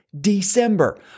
December